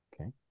Okay